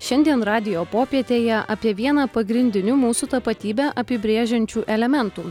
šiandien radijo popietėje apie vieną pagrindinių mūsų tapatybę apibrėžiančių elementų